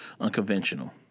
unconventional